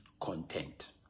content